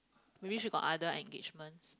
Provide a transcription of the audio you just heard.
maybe should got other engagements